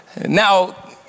now